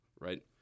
right